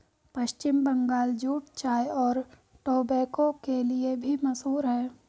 पश्चिम Bangal jute चाय और tobacco के लिए भी मशहूर है